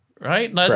right